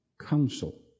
council